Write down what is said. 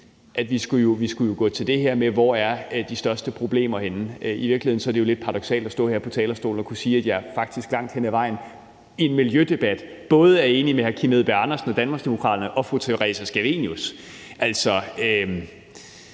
at vi jo skulle gå til det her med tanke på, hvor de største problemer er. I virkeligheden er det jo lidt paradoksalt at stå her på talerstolen og kunne sige, at jeg faktisk langt hen ad vejen i en miljødebat både er enig med hr. Kim Edberg Andersen fra Danmarksdemokraterne og fru Theresa Scavenius. Det